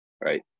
right